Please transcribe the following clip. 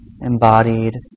embodied